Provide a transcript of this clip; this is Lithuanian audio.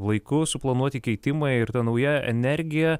laiku suplanuoti keitimai ir ta nauja energija